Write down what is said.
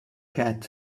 cat